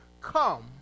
Come